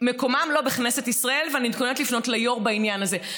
מקומם לא בכנסת ישראל ואני מתכוננת לפנות ליו"ר בעניין הזה.